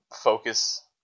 focus